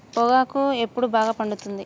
పొగాకు ఎప్పుడు బాగా పండుతుంది?